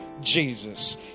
Jesus